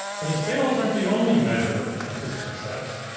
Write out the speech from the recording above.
but his sales aren't the only measure of his success.